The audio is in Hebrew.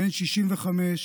בן 65,